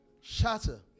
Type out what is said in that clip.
shatter